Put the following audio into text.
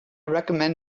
recommend